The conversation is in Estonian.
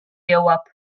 jõuab